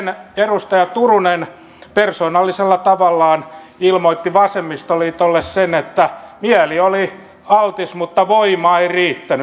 sitten edustaja turunen persoonallisella tavallaan ilmoitti vasemmistoliitolle sen että mieli oli altis mutta voima ei riittänyt